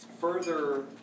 further